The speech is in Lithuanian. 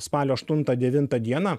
spalio aštuntą devintą dieną